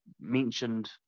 mentioned